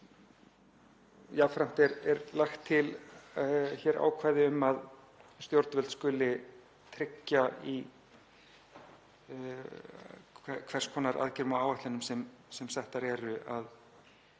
Jafnframt er lagt til ákvæði um að stjórnvöld skuli tryggja í hvers konar aðgerðum og áætlunum sem settar eru að